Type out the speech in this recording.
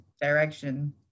direction